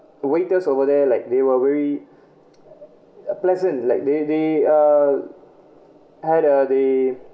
waiters over there like they were very uh pleasant like they they uh had uh they